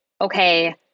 okay